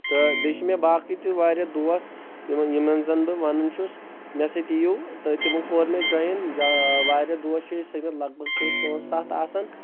تہٕ بییٚہِ چھِ مےٚ باقٕے تہِ واریاہ دوس یِمَن یِمن زن بہٕ ونن چھُس مےٚ سۭتۍ یِیو تہٕ تِمو کوٚر مےٚ جویٕن واریاہ دوس چھِ أسۍ سٔمِتھ لگ بگ چھِ أس پانٛژھ ستھ آسان